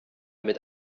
mit